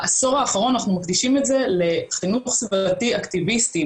בעשור האחרון אנחנו מקדישים את זה לחינוך סביבתי אקטיביסטי.